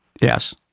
Yes